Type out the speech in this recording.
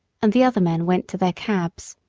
and the other men went to their cabs.